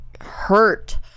hurt